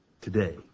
today